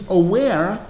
aware